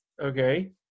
okay